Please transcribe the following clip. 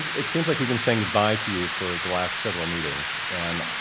it seems like we've been saying good-bye to you for the last several meetings and